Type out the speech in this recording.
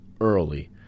early